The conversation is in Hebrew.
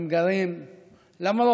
הם גרים למרות